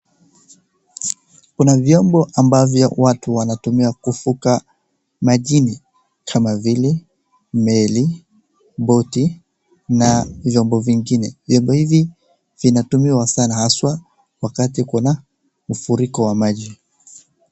Kuna vyombo ambavyo watu wanatumia kuvuka majini kama vile meli, boti na vyombo vingine. Vyombo hivi vinatumiwa sana haswa wakati kuna mfuriko wa maji.